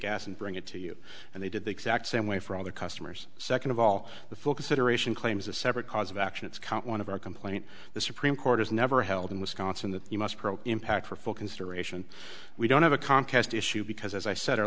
gas and bring it to you and they did the exact same way for all the customers second of all the focus iteration claims a separate cause of action it's count one of our complaint the supreme court has never held in wisconsin that you must pro impact for full consideration we don't have a comcast issue because as i said our